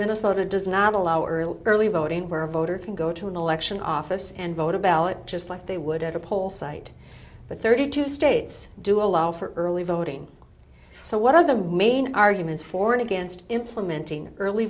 minnesota does not allow early early voting where a voter can go to an election office and vote a ballot just like they would at a poll site but thirty two states do allow for early voting so what are the main arguments for and against implementing early